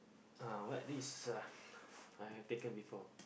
uh what risk ah I have taken before